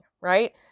right